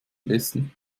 besten